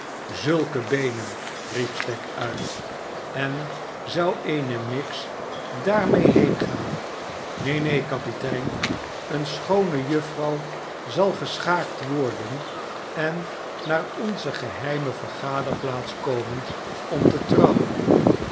zulke beenen riep stagg uit en zou eene miggs daarmee heengaan neen neen kapitein eene schoone juffrouw zal geschaakt worden en naar onze geheime vergaderplaats komen om te trouwen